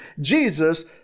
Jesus